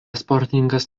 sportininkas